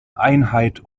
einheit